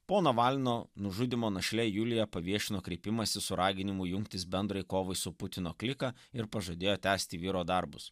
po navalno nužudymo našlė julija paviešino kreipimąsi su raginimu jungtis bendrai kovai su putino klika ir pažadėjo tęsti vyro darbus